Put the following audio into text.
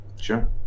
Sure